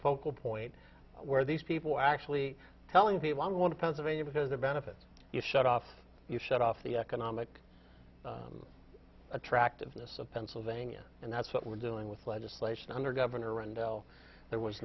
focal point where these people actually telling people i don't want to pennsylvania because the benefit is shut off you shut off the economic attractiveness of pennsylvania and that's what we're doing with legislation under governor rendell there was